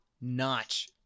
notch